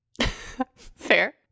Fair